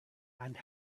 and